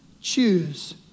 choose